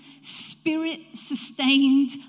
spirit-sustained